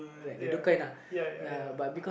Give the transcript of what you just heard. ya ya ya ya